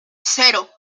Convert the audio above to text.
cero